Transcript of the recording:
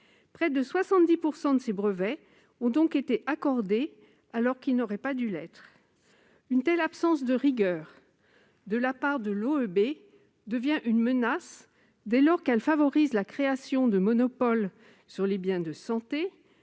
Près de 70 % de ces brevets ont donc été accordés, alors qu'ils n'auraient pas dû l'être. Une telle absence de rigueur de la part de l'OEB devient une menace dès lors qu'elle favorise la création de monopoles sur les biens de santé